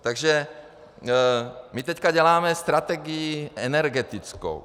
Takže my teď děláme strategii energetickou.